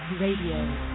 Radio